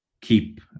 keep